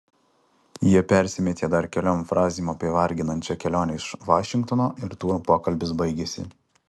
jie persimetė dar keliom frazėm apie varginančią kelionę iš vašingtono ir tuo pokalbis baigėsi